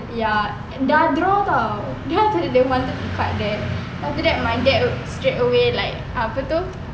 ya dah draw [tau] and then they wanted to cut there then after that my dad straightaway like apa tu